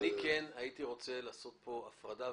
הייתי רוצה לעשות פה הפרדה.